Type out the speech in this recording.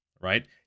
Right